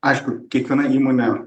aišku kiekviena įmonė